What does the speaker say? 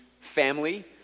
family